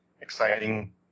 exciting